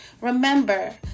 Remember